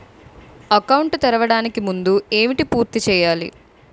Account తెరవడానికి ముందు ఏంటి పూర్తి చేయాలి?